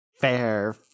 fair